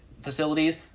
facilities